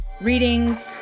readings